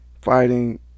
Fighting